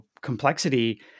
complexity